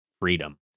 freedom